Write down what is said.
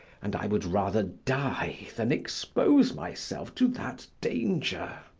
and i would rather die than expose myself to that danger.